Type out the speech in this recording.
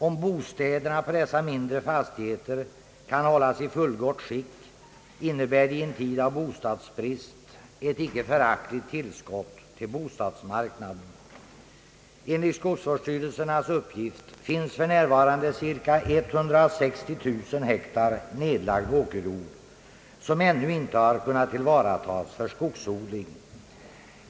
Om bostäderna på dessa mindre fastigheter kan hållas i fullgott skick, innebär det i en tid av bostadsbrist ett icke föraktligt tillskott till bostadsmarknaden. Enligt skogsvårdsstyrelsens uppgift finns för närvarande cirka 160 000 hektar nedlagd åkerjord, som ännu inte har kunnat tillvaratas för skogsodling.